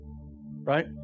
right